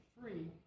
free